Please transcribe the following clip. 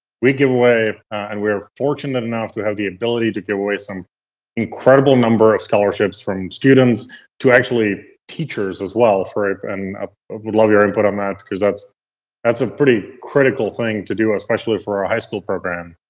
we give away, and we are fortunate enough to have the ability to give away some incredible number of scholarships from students to actually teachers as well. i and ah would love your input on that because, that's that's a pretty critical thing to do especially for our high school program.